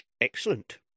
Excellent